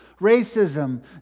racism